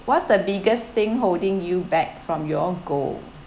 what's the biggest thing holding you back from your goal